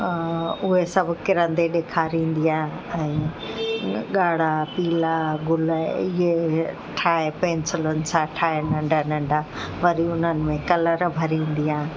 उहे सभु किरंदे ॾिखारींदी आहियां ऐं ॻाढ़ा पीला गुल इहे ठाहे पैंसिलुनि सां ठाहे नंढा नंढा वरी उन्हनि में कलर भरींदी आहे